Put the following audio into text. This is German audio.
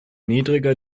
niedriger